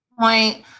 point